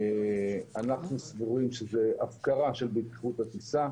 אנחנו סבורים שזו הפקרה של בטיחות הטיסה,